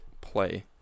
play